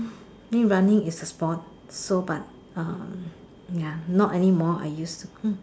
think running is a sport so but um ya not anymore I used to